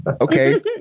Okay